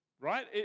right